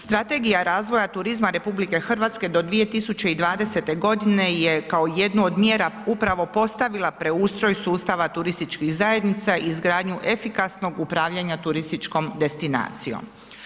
Strategija razvoja turizma RH do 2020. g. je kao jednu od mjera upravo postavila preustroj sustava turističkih zajednica i izgradnju efikasnog upravljanja turističkom destinacijom.